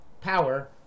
power